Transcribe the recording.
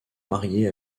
mariée